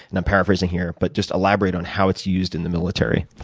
and i'm paraphrasing here, but just elaborate on how it's used in the military.